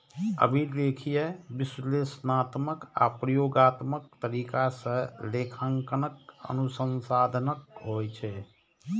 अभिलेखीय, विश्लेषणात्मक आ प्रयोगात्मक तरीका सं लेखांकन अनुसंधानक होइ छै